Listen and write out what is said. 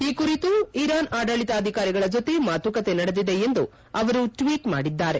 ಈ ಕುರಿತು ಇರಾನ್ ಆಡಳಿತಾಧಿಕಾರಿಗಳ ಜತೆ ಮಾತುಕತೆ ನಡೆದಿದೆ ಎಂದು ಅವರು ಟ್ವೀಟ್ ಮಾಡಿದ್ದಾರೆ